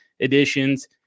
editions